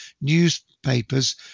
newspapers